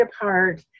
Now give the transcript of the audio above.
apart